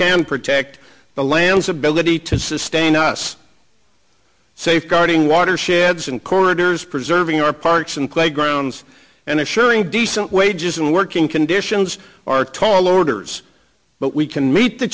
can protect the lands ability to sustain us safeguarding watersheds and corridors preserving our parks and playgrounds and ensuring decent wages and working conditions are tall orders but we can meet the